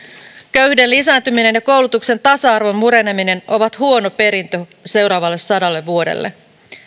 köyhyyden lisääntyminen ja koulutuksen tasa arvon mureneminen ovat huono perintö seuraavalle sadalle vuodelle